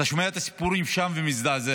אתה שומע את הסיפורים שם ומזדעזע.